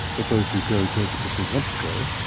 but those who go, go because they want to go.